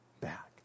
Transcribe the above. back